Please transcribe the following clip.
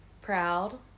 Proud